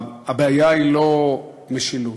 הבעיה היא לא משילות,